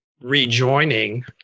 rejoining